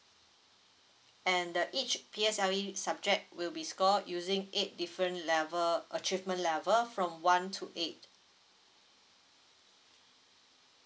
and the each P_S_L_E subject will be score using eight different level achievement level from one to right